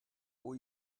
what